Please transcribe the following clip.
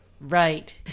right